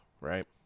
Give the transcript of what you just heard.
right